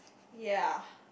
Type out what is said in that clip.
ya